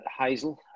Heisel